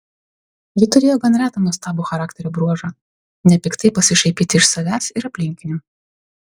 ji turėjo gan retą nuostabų charakterio bruožą nepiktai pasišaipyti iš savęs ir aplinkinių